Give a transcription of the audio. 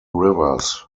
rivers